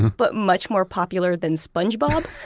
but much more popular than spongebob